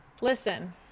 Listen